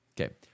Okay